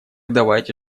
давайте